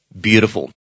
Beautiful